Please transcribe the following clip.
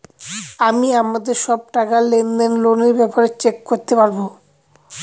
আমি আমাদের সব টাকা, লেনদেন, লোনের ব্যাপারে চেক করতে পাবো